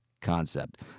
concept